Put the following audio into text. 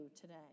today